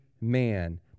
man